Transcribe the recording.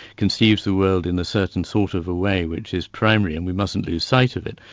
conceives the world in a certain sort of way which is primary and we mustn't lose sight of it.